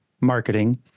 marketing